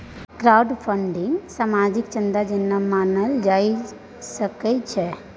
crowdfunding सामाजिक चन्दा जेना मानल जा सकै छै